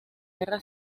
guerra